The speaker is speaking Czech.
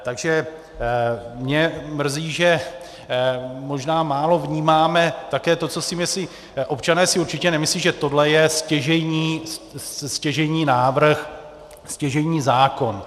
Takže mě mrzí, že možná málo vnímáme také to, co si myslí občané si určitě nemyslí, že tohle je stěžejní návrh, stěžejní zákon.